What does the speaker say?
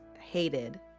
hated